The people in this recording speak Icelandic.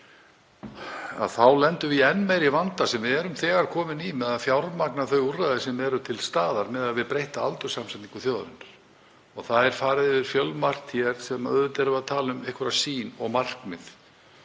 þá lendum við í enn meiri vanda en við erum þegar komin í með að fjármagna þau úrræði sem eru til staðar miðað við breytta aldurssamsetningu þjóðarinnar. Það er farið yfir fjölmargt hér. Auðvitað erum við að tala um sýn og markmið